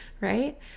Right